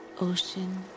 ocean